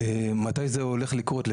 מתי זה הולך לקרות,